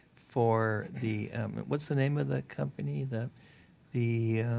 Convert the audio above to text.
for the what's the name of the company? the the